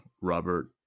Robert